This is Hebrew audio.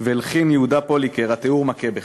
והלחין יהודה פוליקר, התיאור מכה בך: